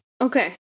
Okay